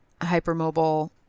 hypermobile